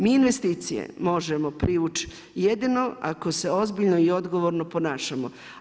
Mi investicije možemo privući jedino ako se ozbiljno i odgovorno ponašamo.